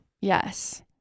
Yes